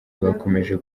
bakomeje